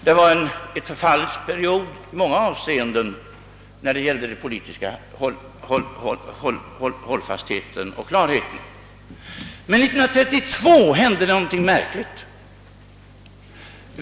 Det var, som sagt, en förfallets period i många avseenden när det gällde den politiska hållfastheten och klarheten. Men 1932 hände det någonting märkligt.